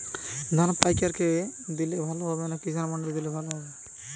ধান পাইকার কে দিলে ভালো হবে না কিষান মন্ডিতে দিলে ভালো হবে?